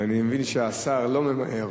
ואני מבין שהשר לא ממהר.